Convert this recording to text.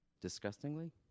Disgustingly